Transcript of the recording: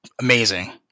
amazing